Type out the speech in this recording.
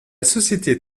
société